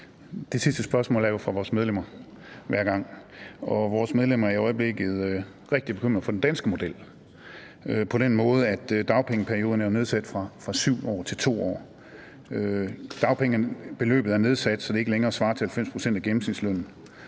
Det sidste spørgsmål er jo hver gang fra vores medlemmer. Vores medlemmer er i øjeblikket rigtig bekymrede for den danske model på den måde, at dagpengeperioden jo er nedsat fra 7 år til 2 år. Dagpengebeløbet er nedsat, så det ikke længere svarer til 90 pct. af gennemsnitslønnen,